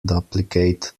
duplicate